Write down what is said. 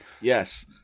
Yes